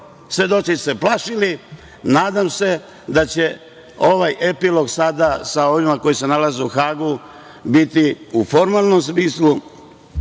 Svedoci su se plašili. Nadam se da će ovaj epilog sada, sa ovima koji se nalaze u Hagu, biti u formalnom smislu,